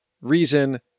reason